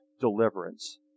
deliverance